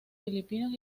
filipinos